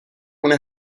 una